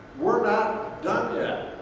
we're not done yet.